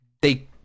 they-